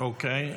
אוקיי.